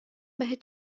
بهت